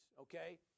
okay